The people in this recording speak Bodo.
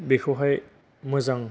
बेखौहाय मोजां